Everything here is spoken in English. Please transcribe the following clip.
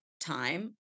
time